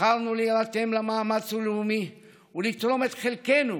בחרנו להירתם למאמץ הלאומי ולתרום את חלקנו